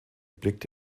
blickt